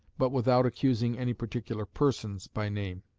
but without accusing any particular persons by name.